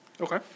okay